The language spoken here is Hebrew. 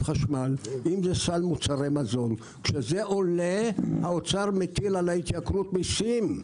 חשמל או בסל מוצרי מזון כשזה עולה האוצר מטיל על ההתייקרות מסים.